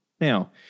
Now